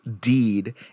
deed